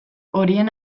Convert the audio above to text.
horien